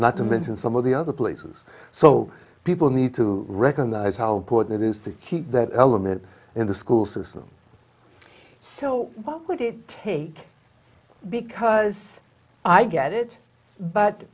not to mention some of the other places so people need to recognize how important it is to keep that element in the school system so how could it take because i get it but